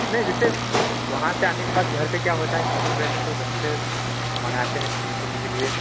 नहीं जैसे वहाँ से आने के बाद घर पर क्या होता है सब लोग रहते हैं तो घर पर मँगाते है खाने पीने के लिए